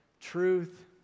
truth